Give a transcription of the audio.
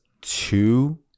two